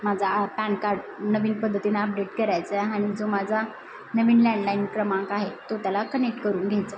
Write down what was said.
माझा PAN card नवीन पद्धतीने अपडेट करायचांय आणि जो माझा नवीन लँडलाईन क्रमांक आहे तो त्याला कनेक्ट करून घ्यायचाय